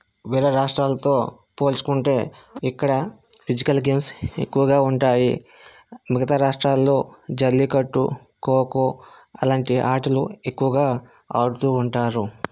వేరే రాష్ట్రాలతో పోల్చుకుంటే ఇక్కడ ఫిజికల్ గేమ్స్ ఎక్కువగా ఉంటాయి మిగితా రాష్ట్రాల్లో జల్లికట్టు ఖోఖో అలాంటి ఆటలు ఎక్కువగా ఆడుతూ ఉంటారు